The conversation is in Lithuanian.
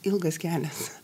ilgas kelias